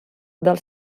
dels